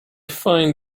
find